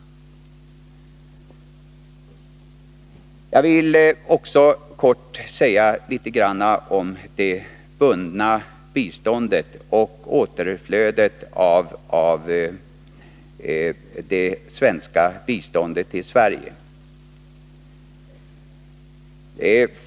Jag vill också säga litet om det bundna biståndet och återflödet av det svenska biståndet till Sverige.